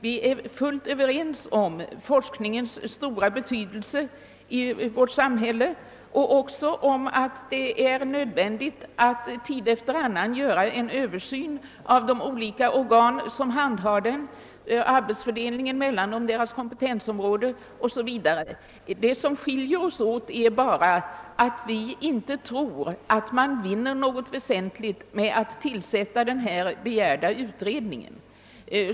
Vi är fullt överens om forskningens stora betydelse i vårt samhälle och om nödvändigheten av att tid efter annan göra en översyn av de olika organ som handhar den, av arbetsfördelningen mella dessa organ, deras kompetensområden o.s.v. Vad som skiljer oss åt är bara att utskottsmajoriteten inte tror att man vinner något väsentligt med att tillsätta den av motionärerna begärda utredningen.